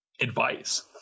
advice